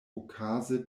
okaze